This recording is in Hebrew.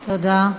תודה.